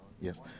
yes